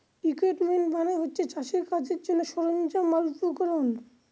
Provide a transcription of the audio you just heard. equipment মানে হচ্ছে চাষের কাজের জন্যে সরঞ্জাম আর উপকরণ